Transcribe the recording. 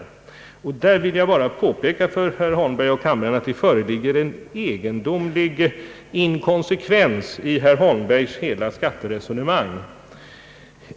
I det avseendet vill jag endast påpeka för herr Holmberg och kammaren att det föreligger en egendomlig inkonsekvens i herr Holmbergs hela skatteresonemang.